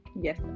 Yes